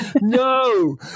no